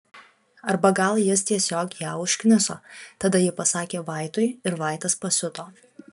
arba gal jis tiesiog ją užkniso tada ji pasakė vaitui ir vaitas pasiuto